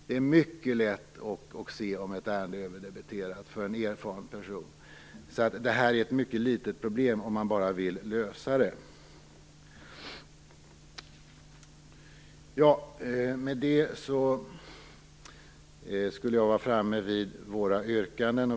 Det är mycket lätt att se om ett ärende är överdebiterat för en erfaren person. Detta är alltså ett mycket litet problem, om man bara vill lösa det. Med det är jag framme vid våra yrkanden.